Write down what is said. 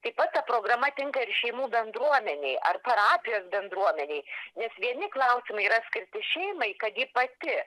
taip pat ta programa tinka ir šeimų bendruomenei ar parapijos bendruomenei nes vieni klausimai yra skirti šeimai kad ji pati